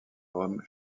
rome